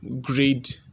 grade